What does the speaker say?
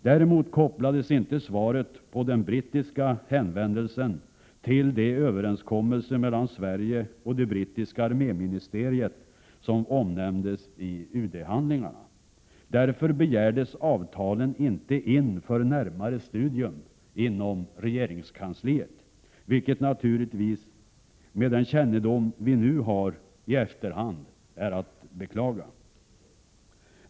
Däremot kopplades inte svaret på den brittiska hänvändelsen till de överenskommelser mellan Sverige och det brittiska arméministeriet som omnämndes i UD-handlingarna. Därför begärdes avtalen inte in för närmare studium inom regeringskansliet, vilket naturligtvis med den kännedom vi nu har i efterhand är att beklaga.